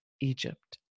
Egypt